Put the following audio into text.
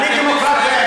אני דמוקרט.